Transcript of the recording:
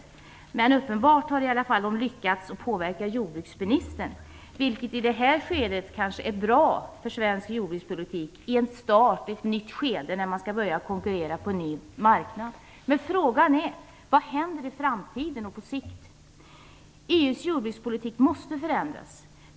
Uppenbarligen har LRF i alla fall lyckats påverka jordbruksministern, vilket i detta nya skede kanske är bra för svensk jordbrukspolitik. Man skall börja konkurrera på en ny marknad. Frågan är vad som händer i framtiden och på sikt. EU:s jordbrukspolitik måste förändras.